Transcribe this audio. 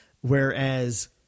Whereas